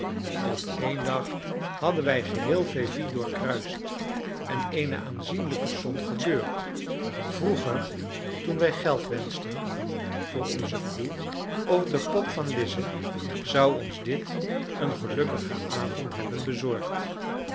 op één dag hadden wij geheel vevey doorkruist en eene aanzienlijke som gebeurd vroeger toen wij geld wenschten voor onze koe of de pop van lize zou ons dit een gelukkigen avond hebben bezorgd